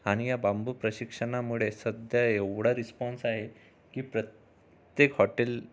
आणि या बांबू प्रशिक्षणामुळे सध्या एवढा रिसपॉन्स आहे की प्र त्येक हॉटेल